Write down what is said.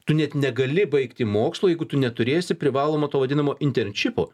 tu net negali baigti mokslų jeigu tu neturėsi privalomo to vadinamo internšipo